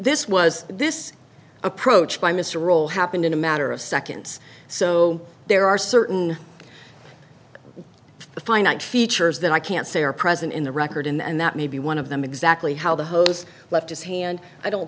this was this approach by mr roll happened in a matter of seconds so there are certain finite features that i can't say are present in the record and that may be one of them exactly how the hose left his hand i don't